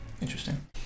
interesting